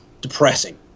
depressing